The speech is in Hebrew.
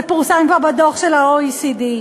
זה פורסם כבר בדוח של ה-OECD,